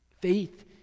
Faith